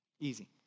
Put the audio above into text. Easy